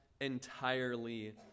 entirely